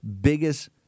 biggest